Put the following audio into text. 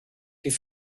die